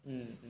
um